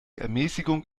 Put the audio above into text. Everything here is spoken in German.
ermäßigung